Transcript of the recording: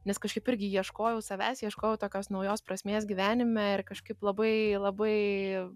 nes kažkaip irgi ieškojau savęs ieškojau tokios naujos prasmės gyvenime ir kažkaip labai labai